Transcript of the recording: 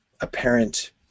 apparent